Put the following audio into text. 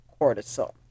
cortisol